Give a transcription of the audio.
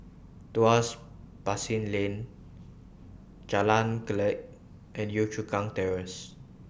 Tuas Basin Lane Jalan Kledek and Yio Chu Kang Terrace